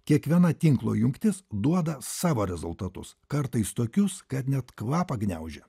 kiekviena tinklo jungtis duoda savo rezultatus kartais tokius kad net kvapą gniaužia